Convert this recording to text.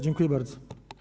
Dziękuję bardzo.